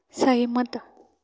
ਸਹਿਮਤ